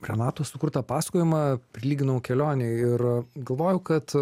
renatos sukurtą pasakojimą prilyginau kelionei ir galvojau kad